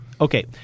okay